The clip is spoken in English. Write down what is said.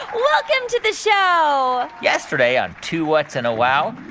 welcome to the show yesterday on two whats and a wow,